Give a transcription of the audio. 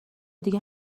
دیگه